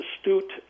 astute